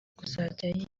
kuzajya